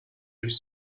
durch